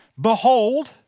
Behold